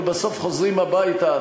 ובסוף חוזרים הביתה,